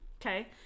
okay